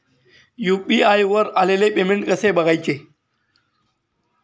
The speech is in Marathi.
यु.पी.आय वर आलेले पेमेंट कसे बघायचे?